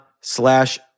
slash